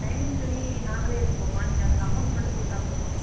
lining துணி நாங்களே எடுத்துப்போம்மா நீங்கள் அதற்கு அமௌண்ட் மட்டும் கொடுத்தா போதும்